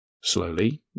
Slowly